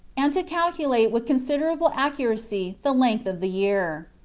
and to calculate with considerable accuracy the length of the year.